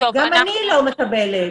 גם אני לא מקבלת.